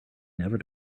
never